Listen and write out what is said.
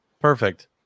perfect